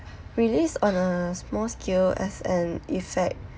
released on a small scale as an effect